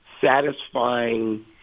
satisfying